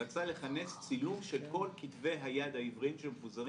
הוא רצה לכנס צילום של כל כתבי היד העבריים שמפוזרים